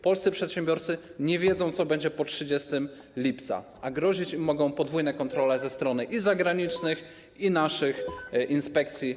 Polscy przedsiębiorcy nie wiedzą, co będzie po 30 lipca, a grozić im mogą podwójne kontrole ze strony i zagranicznych, i naszych inspekcji.